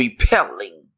repelling